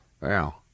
Wow